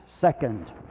second